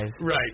Right